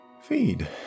feed